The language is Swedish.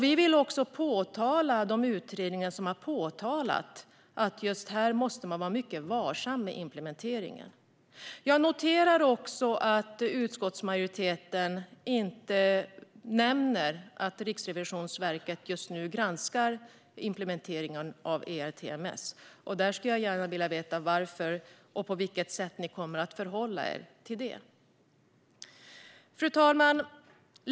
Vi vill också peka på de utredningar som har uttalat att man måste vara mycket varsam med implementeringen. Jag noterar också att utskottsmajoriteten inte nämner att Riksrevisionen just nu granskar implementeringen av ERTMS. Jag skulle gärna vilja veta varför och på vilket sätt ni förhåller er till det. Fru talman!